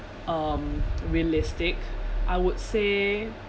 um realistic I would say